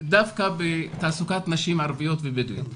דווקא בתעסוקת נשים ערביות ובדואיות.